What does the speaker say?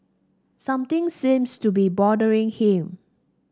something seems to be bothering him